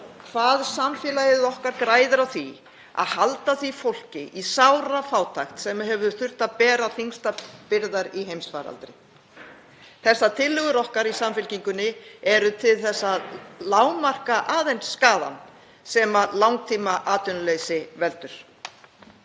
hvað samfélagið okkar græði á því að halda því fólki í sárafátækt sem hefur þurft að bera þyngstar byrðar í heimsfaraldri. Tillögur okkar í Samfylkingunni eru til að lágmarka skaðann sem langtímaatvinnuleysi veldur.